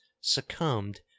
succumbed